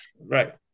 Right